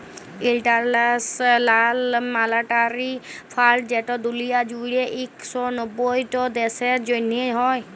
ইলটারল্যাশ লাল monetary fund যেট দুলিয়া জুইড়ে ইক শ নব্বইট দ্যাশের জ্যনহে হ্যয়